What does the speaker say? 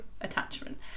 attachment